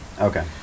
Okay